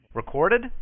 Recorded